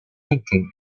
thinking